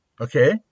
Okay